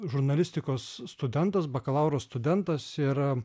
žurnalistikos studentas bakalauro studentas ir